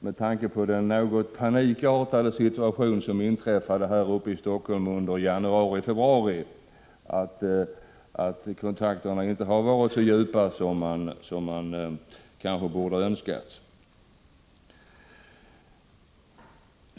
Med tanke på den något panikartade situation som uppstod här uppe i Helsingfors under januari-februari kan man dock misstänka att dessa kontakter inte har varit så djupa som kanske hade varit önskvärt.